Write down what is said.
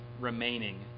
Remaining